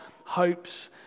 hopes